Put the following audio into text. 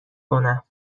کنم